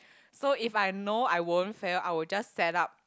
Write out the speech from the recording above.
so if I know I won't fail I would just set up